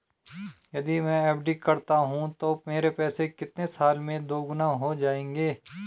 यदि मैं एफ.डी करता हूँ तो मेरे पैसे कितने साल में दोगुना हो जाएँगे?